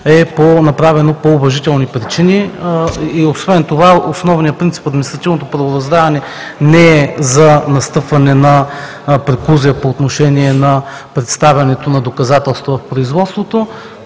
е направено по уважителни причини. Освен това, основният принцип в административното правораздаване не е за настъпване на преклузия по отношение на представянето на доказателства в производството,